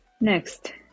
Next